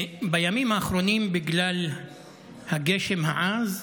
בימים האחרונים, בגלל הגשם העז,